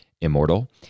immortal